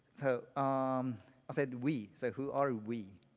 so um i said we, so who are ah we?